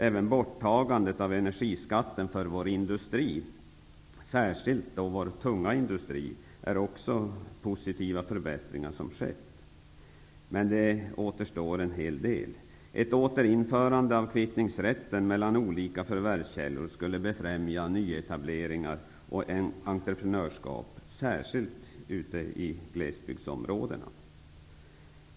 Även borttagandet av energiskatten för vår industri, särskilt vår tunga industri, är en positiv förbättring. Men det återstår en hel del. Ett återinförande av kvittningsrätten mellan olika förvärvskällor skulle befrämja nyetableringar och entreprenörskap, särskilt ute i glesbygdsområdena.